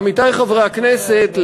עמיתי חברי הכנסת,